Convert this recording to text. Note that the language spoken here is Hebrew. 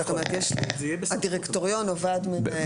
זאת אומרת יש לי הדירקטוריון או ועד מנהל.